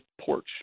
porch